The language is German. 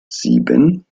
sieben